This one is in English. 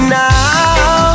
now